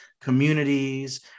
communities